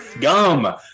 gum